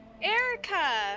erica